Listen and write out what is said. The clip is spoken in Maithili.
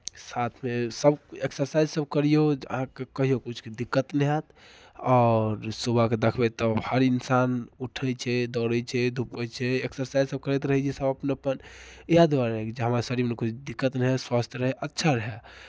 साथमे सभ एक्सरसाइजसभ करियौ अहाँके कहिओ किछुके दिक्कत नहि हएत आओर सुबहकेँ देखबै तऽ हर इन्सान उठै छै दौड़ै छै धूपै छै एक्सरसाइजसभ करैत रहै छै सभ अपन अपन इएह दुआरे कि हमरा शरीरमे किछु दिक्कत नहि होय स्वस्थ रहय अच्छा रहय